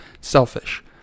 selfish